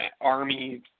army